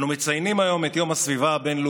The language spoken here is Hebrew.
אנו מציינים היום את יום הסביבה הבין-לאומי,